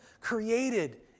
created